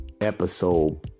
episode